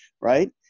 right